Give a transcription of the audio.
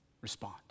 respond